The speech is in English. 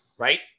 Right